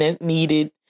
needed